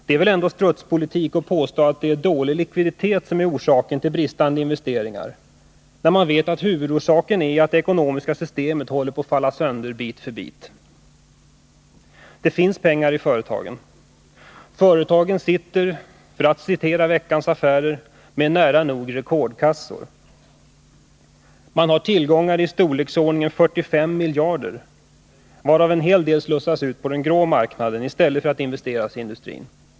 Det är väl ändå strutspolitik att påstå att det är dålig likviditet som är orsaken till bristande investeringar, när man vet att huvudorsaken är att det ekonomiska systemet håller på att falla sönder bit för bit. Det finns pengar i företagen. Företagen sitter — för att citera Veckans Affärer — med nära nog rekordkassor. De har tillgångar i storleksordningen 45 miljarder, varav en hel del slussas ut på den grå marknaden i stället för att investeras i industrin.